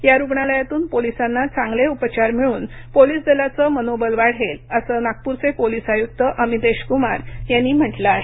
या रुग्णालयातून पोलिसांना चांगले उपचार मिळून पोलिस दलाचे मनोबल वाढेल असं नागपूरचे पोलिस आयुक्त अमितेश कुमार यांनी म्हटलं आहे